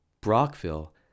Brockville